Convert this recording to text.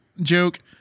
joke